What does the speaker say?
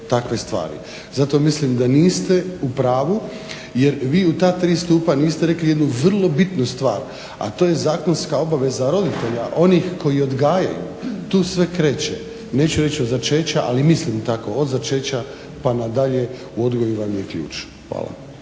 takve stvari. Zato mislim da niste u pravu jer vi u ta tri stupa niste rekli jednu vrlo bitnu stvar, a to je zakonska obaveza roditelja, onih koji odgajaju. Tu sve kreće. Neću reći od začeća, ali mislim tako od začeća pa nadalje, u odgoju vam je ključ. Hvala.